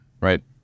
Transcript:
right